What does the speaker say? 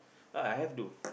uh I have do